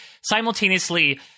simultaneously